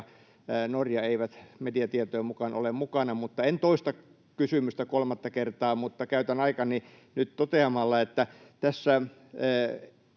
Norja eivät mediatietojen mukaan ole mukana. En toista kysymystä kolmatta kertaa mutta käytän aikani nyt toteamalla, että tässä